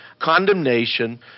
condemnation